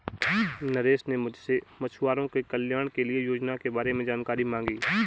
नरेश ने मुझसे मछुआरों के कल्याण के लिए योजना के बारे में जानकारी मांगी